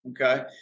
Okay